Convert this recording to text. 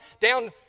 down